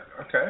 Okay